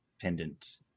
pendant